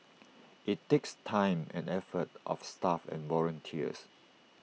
IT takes time and effort of staff and volunteers